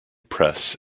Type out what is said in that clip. press